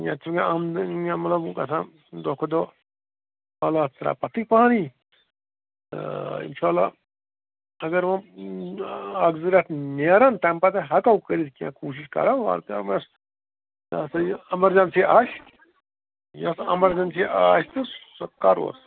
یَتھ چھُ مےٚ مطلب گژھان دۄہ کھۄ دۄہ حالات تھوڑا پَتھٕے پَہنٕے تہٕ اِنشاء اللہ اگر وٕ اَکھ زٕ رٮ۪تھ نیرَن تَمہِ پَتہٕ ہٮ۪کو کٔرِتھ کیٚنٛہہ کوٗشِش کَرو وارٕ کارٕ یہِ ہَسا یہِ اَمَرجَنسی آسہِ یَس اَمَرجَنسی آسہِ تہٕ سُہ کروس